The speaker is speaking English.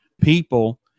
people